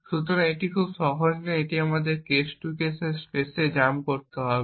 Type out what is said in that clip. সুতরাং এটি খুব সহজ নয় এবং আমাদের কেস টু কেস স্পেসে এটি করতে হবে